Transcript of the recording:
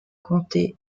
comté